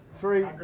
three